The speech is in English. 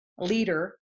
leader